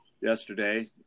yesterday